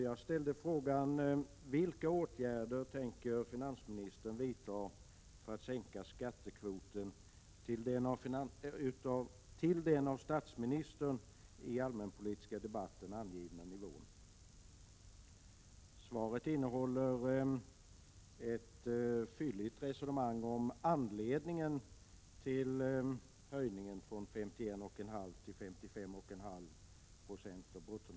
Jag ställde frågan: Vilka åtgärder tänker finansministern vidta för att sänka skattekvoten till den av statsministern i allmänpolitiska debatten angivna nivån? Svaret innehåller ett fylligt resonemang om anledningen till höjningen från 51,5 I till 55,5 20 av bruttonationalprodukten.